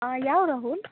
ಆಂ ಯಾವ ರಾಹುಲ್